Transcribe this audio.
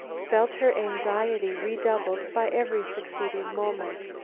felt her anxiety redoubled by every succeeding moment.